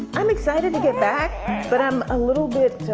i'm excited to get back but i'm a little bit